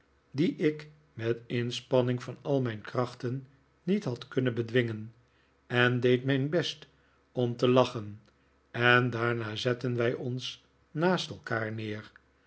die ik met inspanning van al mijn krachten niet had kunnen bedwingen en deid mijn best om te lachen en daarna zetten wij ons naast elkaar neer